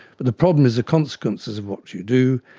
but the problem is the consequences of what you do,